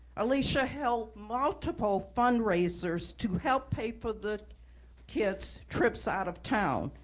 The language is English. alisha held multiple fundraisers to help pay for the kids' trips out of town.